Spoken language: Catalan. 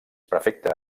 prefecte